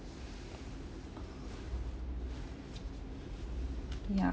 yeah